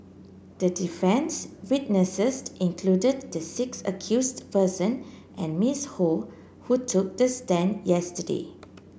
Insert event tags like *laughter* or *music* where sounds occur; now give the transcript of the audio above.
the defence witnesses *unintelligible* included the six accused person and Miss Ho who took the stand yesterday